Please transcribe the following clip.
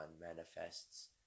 manifests